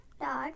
Dog